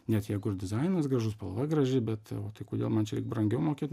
net jeigu ir dizainas gražus spalva graži bet tai kodėl man čia riek brangiau mokėt